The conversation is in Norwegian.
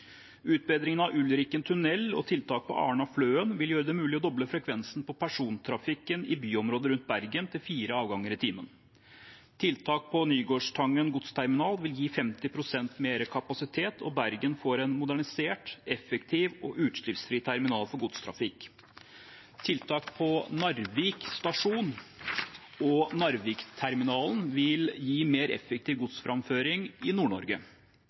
Utbedringen av Ulriken tunnel og tiltak på Arna–Fløen vil gjøre det mulig å doble frekvensen på persontrafikken i byområdet rundt Bergen til fire avganger i timen. Tiltak på Nygårdstangen godsterminal vil gi 50 pst. mer kapasitet, og Bergen får en modernisert, effektiv og utslippsfri terminal for godstrafikk. Tiltak på Narvik stasjon og Narvikterminalen vil gi mer effektiv godsframføring i